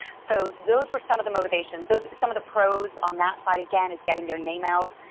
so those were some of the motivations. so some of the pros on that side again is getting their name out.